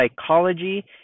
psychology